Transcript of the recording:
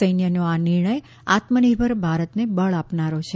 સૈન્યનો આ નિર્ણય આત્મનિર્ભર ભારતને બળ આપનારુ છે